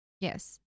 Yes